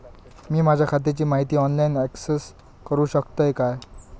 मी माझ्या खात्याची माहिती ऑनलाईन अक्सेस करूक शकतय काय?